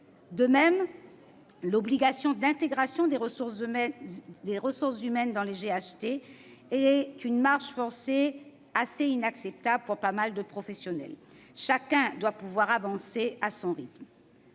De même, l'obligation d'intégration des ressources humaines dans les GHT relève d'une marche forcée inacceptable pour beaucoup de professionnels. Chacun doit pouvoir avancer à son rythme.